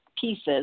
pieces